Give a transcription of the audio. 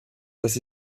das